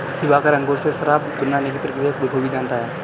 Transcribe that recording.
दिवाकर अंगूर से शराब बनाने की प्रक्रिया बखूबी जानता है